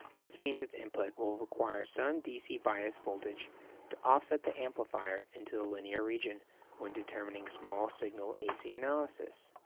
this means its input will require some dc bias voltage to offset the amplifier into the linear region when determining small-signal ac analysis.